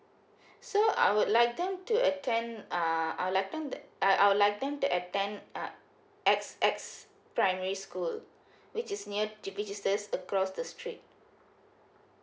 so I would like them to attend uh I would like them I I would like them to attend uh X X primary school which is near across the street